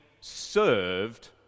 served